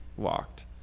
Walked